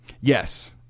Yes